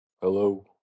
Hello